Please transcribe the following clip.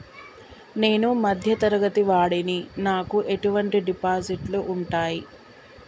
నేను మధ్య తరగతి వాడిని నాకు ఎటువంటి డిపాజిట్లు ఉంటయ్?